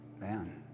Man